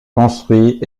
construit